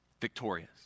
victorious